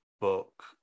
book